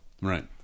right